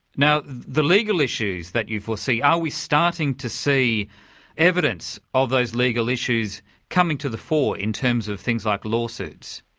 now the legal issues that you foresee, are we starting to see evidence of those legal issues coming to the fore in terms of things like lawsuits?